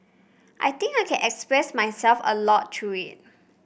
I think I can express myself a lot through it